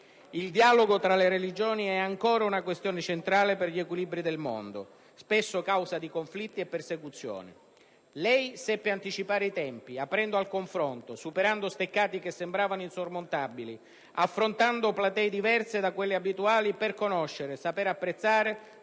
Il dialogo tra le religioni è ancora una questione centrale per gli equilibri del mondo, spesso causa di conflitti e persecuzioni. Lei seppe anticipare i tempi, aprendo al confronto, superando steccati che sembravano insormontabili, affrontando platee diverse da quella abituali per conoscere, saper apprezzare,